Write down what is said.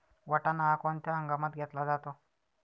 वाटाणा हा कोणत्या हंगामात घेतला जातो?